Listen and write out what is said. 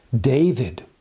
David